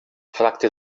fragte